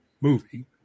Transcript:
movie